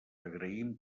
agraïm